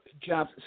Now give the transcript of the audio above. Jeff